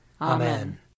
Amen